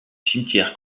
cimetière